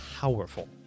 powerful